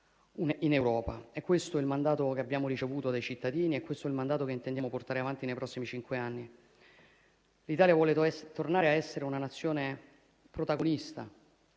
in Europa. È questo il mandato che abbiamo ricevuto dai cittadini ed è questo il mandato che intendiamo portare avanti nei prossimi cinque anni. L'Italia vuole tornare a essere una nazione protagonista